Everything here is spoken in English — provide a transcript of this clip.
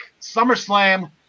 SummerSlam